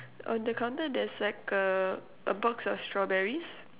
on the counter there's like uh a box of strawberries